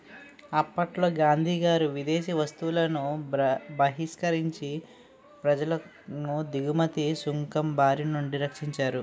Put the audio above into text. అప్పట్లో గాంధీగారు విదేశీ వస్తువులను బహిష్కరించి ప్రజలను దిగుమతి సుంకం బారినుండి రక్షించారు